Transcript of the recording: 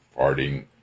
farting